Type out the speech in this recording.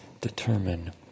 determine